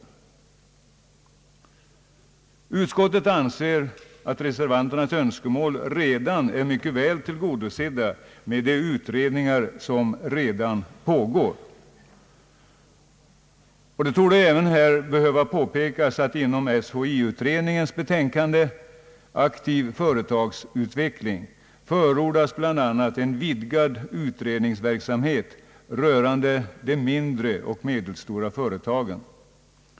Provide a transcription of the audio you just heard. Utskottsmajoriteten anser att reservanternas önskemål är mycket väl tillgodosedda med de utredningar som redan pågår. Det torde även behöva påpekas att inom SHI-utredningens betänkande »Aktiv företagsutveckling» förordas en vidgad utredningsverksamhet rörande de mindre och medelstora företagen.